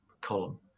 column